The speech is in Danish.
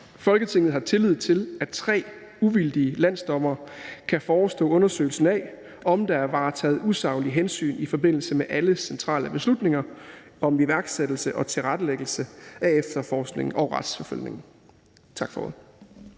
Folketinget har tillid til, at tre uvildige landsdommere kan forestå undersøgelsen af, om der er varetaget usaglige hensyn i forbindelse med alle centrale beslutninger om iværksættelse og tilrettelæggelse af efterforskningen og retsforfølgelsen.« (Forslag